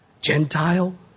Gentile